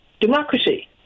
democracy